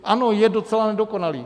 Ano, je docela nedokonalý.